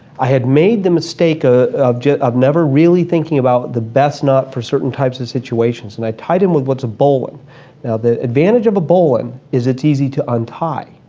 i had made the mistake ah of of never really thinking about the best knot for certain types of situations and i tied it with what's a bowline. now the advantage of a bowline is it's easy to untie,